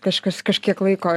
kažkas kažkiek laiko